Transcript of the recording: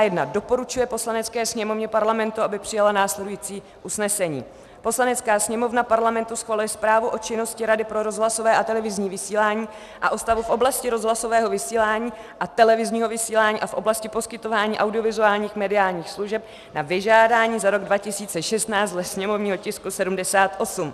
I. doporučuje Poslanecké sněmovně Parlamentu, aby přijala následující usnesení: Poslanecká sněmovna Parlamentu schvaluje Zprávu o činnosti Rady pro rozhlasové a televizní vysílání o stavu v oblasti rozhlasového vysílání a televizního vysílání a v oblasti poskytování audiovizuálních mediálních služeb na vyžádání za rok 2016 dle sněmovního tisku 78,